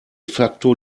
facto